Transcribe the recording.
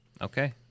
Okay